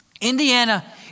Indiana